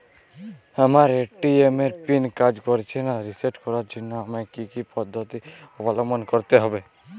আমার এ.টি.এম এর পিন কাজ করছে না রিসেট করার জন্য আমায় কী কী পদ্ধতি অবলম্বন করতে হবে?